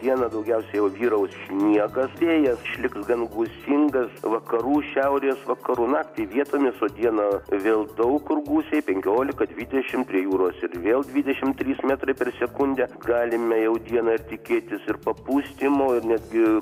dieną daugiausia jau vyraus sniegas vėjas išliks gan gūsingas vakarų šiaurės vakarų naktį vietomis o dieną vėl daug kur gūsiai penkiolika dvidešim prie jūros ir vėl dvidešim trys metrai per sekundę galime jau dieną ir tikėtis ir papūstymo ir netgi